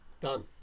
done